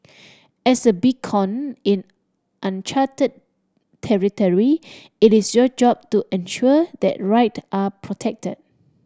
as a beacon in uncharted territory it is your job to ensure that right are protected